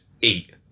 eat